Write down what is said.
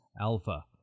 Alpha